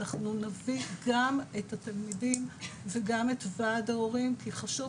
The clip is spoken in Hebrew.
אנחנו נביא גם את התלמידים וגם את ועד ההורים כי חשוב